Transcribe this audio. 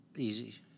Easy